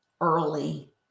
early